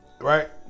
right